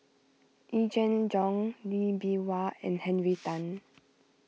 Yee Jenn Jong Lee Bee Wah and Henry Tan